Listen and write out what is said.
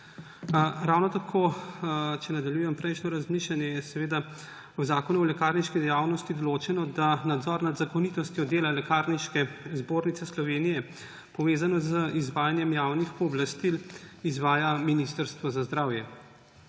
Ravno tako, če nadaljujem prejšnje razmišljanje, je v Zakonu o lekarniški dejavnosti določeno, da nadzor nad zakonitostjo dela Lekarniške zbornice Slovenije, povezano z izvajanjem javnih pooblastil, izvaja Ministrstvo za zdravje.